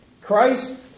Christ